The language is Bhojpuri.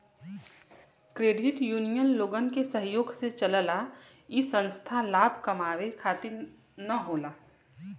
क्रेडिट यूनियन लोगन के सहयोग से चलला इ संस्था लाभ कमाये खातिर न होला